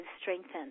strengthened